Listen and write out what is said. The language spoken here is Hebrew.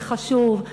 זה חשוב.